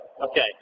Okay